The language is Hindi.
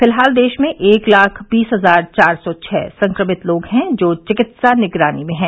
फिलहाल देश में एक लाख बीस हजार चार सौ छः संक्रमित लोग हैं जो चिकित्सा निगरानी में हैं